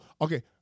Okay